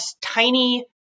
tiny